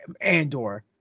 Andor